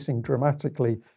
dramatically